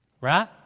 Right